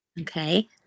Okay